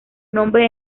nombre